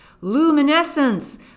luminescence